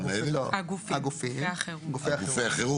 לא, גופי החירום.